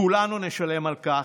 כולנו נשלם על כך.